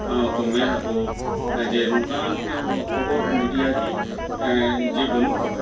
ᱢᱮᱱᱟᱠᱚ ᱡᱮ ᱱᱚᱝᱠᱟᱱᱟᱝ ᱠᱷᱚᱵᱚᱨ ᱢᱤᱰᱤᱭᱟᱜᱮ ᱡᱮ ᱵᱟᱹᱱᱩᱜ ᱠᱚᱣᱟ